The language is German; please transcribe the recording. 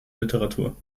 literatur